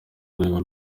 rwego